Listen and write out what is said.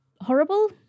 horrible